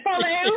follow